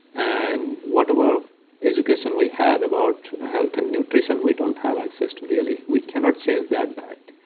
and whatever education we have about health and nutrition, we don't have access to, really. we cannot change their diet.